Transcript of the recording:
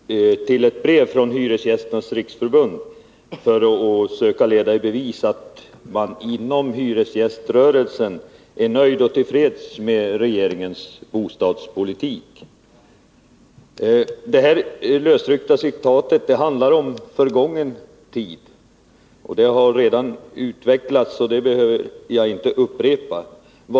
Herr talman! Birgit Friggebo hänvisade till ett brev från Hyresgästernas riksförbund för att söka leda i bevis att man inom hyresgäströrelsen är nöjd och belåten med regeringens bostadspolitik. Det här lösryckta citatet handlar om gången tid. Detta har redan utvecklats här, så jag behöver inte upprepa det.